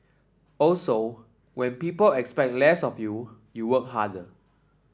also when people expect less of you you work harder